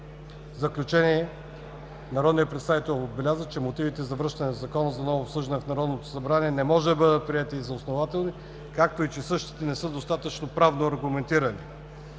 В заключение народният представител отбеляза, че мотивите за връщане на Закона за ново обсъждане в Народното събрание не могат да бъдат приети за основателни, както и че същите не са достатъчно правно аргументирани.